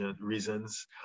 reasons